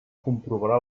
comprovarà